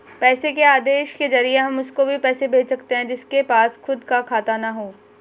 पैसे के आदेश के जरिए हम उसको भी पैसे भेज सकते है जिसके पास खुद का खाता ना हो